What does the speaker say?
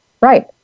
Right